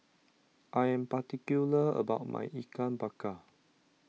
I am particular about my Ikan Bakar